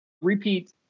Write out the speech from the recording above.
repeat